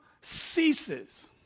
ceases